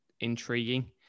intriguing